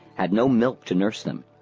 had no milk to nurse them,